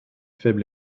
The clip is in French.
faible